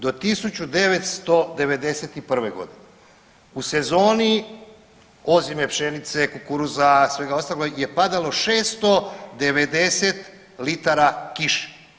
Do 1991. godine u sezoni ozime pšenice, kukuruza svega ostaloga je padalo 690 litara kiše.